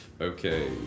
Okay